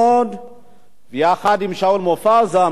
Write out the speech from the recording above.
יחד עם שאול מופז, אמרו: הנה,